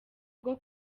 bwo